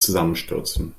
zusammenstürzen